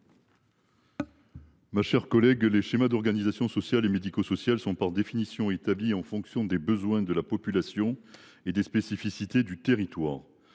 la commission ? Les schémas d’organisation sociale et médico sociale sont par définition établis en fonction des besoins de la population et des spécificités du territoire.